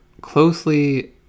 closely